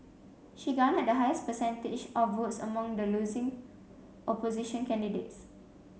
she garnered the highest percentage of votes among the losing opposition candidates